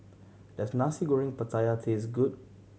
does Nasi Goreng Pattaya taste good